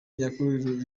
nyakuri